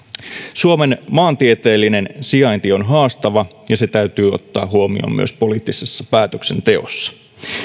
suomen maantieteellinen sijainti on haastava ja se täytyy ottaa huomioon myös poliittisessa päätöksenteossa